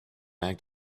act